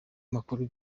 amakuru